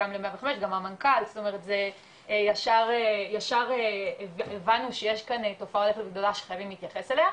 גם המנכ"ל זה ישר הבנו שיש כאן תופעה גדולה שאנחנו חייבים להתייחס אליה,